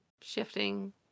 shifting